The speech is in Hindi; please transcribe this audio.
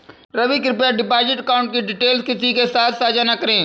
रवि, कृप्या डिपॉजिट अकाउंट की डिटेल्स किसी के साथ सांझा न करें